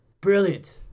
Brilliant